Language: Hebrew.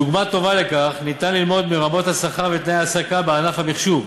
דוגמה טובה לכך אפשר ללמוד מרמות השכר ותנאי ההעסקה בענף המחשוב,